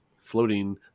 floating